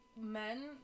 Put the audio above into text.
men